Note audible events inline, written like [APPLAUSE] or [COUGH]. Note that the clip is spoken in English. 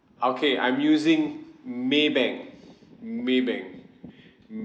okay I'm using maybank [BREATH] maybank [BREATH]